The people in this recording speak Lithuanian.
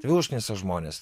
tai užknisa žmones